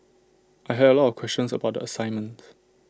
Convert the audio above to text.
I had A lot of questions about assignment